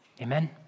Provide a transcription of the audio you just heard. Amen